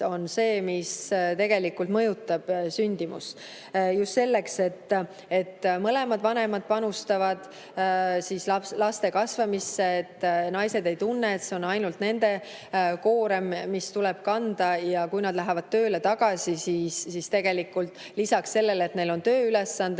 kompetents mõjutab samuti sündimust. Just see, et mõlemad vanemad panustavad laste kasvamisse, naised ei tunne, et see on ainult nende koorem, mis tuleb kanda, ja kui nad lähevad tööle tagasi, siis tegelikult lisaks sellele, et neil on tööülesanded,